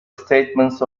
statements